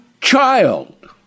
child